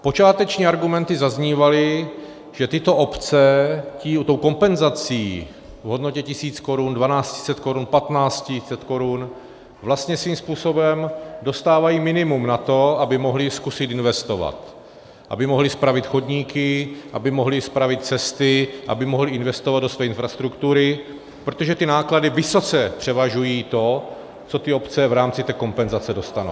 Počáteční argumenty zaznívaly, že tyto obce tou kompenzací v hodnotě 1 000 korun, 1 200 korun, 1 500 korun vlastně svým způsobem dostávají minimum na to, aby mohly zkusit investovat, aby mohly spravit chodníky, aby mohly spravit cesty, aby mohly investovat do své infrastruktury, protože ty náklady vysoce převažují to, co ty obce v rámci té kompenzace dostanou.